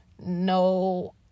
no